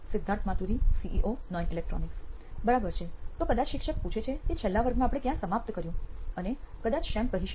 Siddharth Maturi CEO નોઇન electronics બરાબર છે તો કદાચ શિક્ષક પૂછે છે કે છેલ્લા વર્ગમાં આપણે ક્યાં સમાપ્ત કર્યું અને કદાચ સેમ કહી શકે